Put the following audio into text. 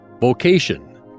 Vocation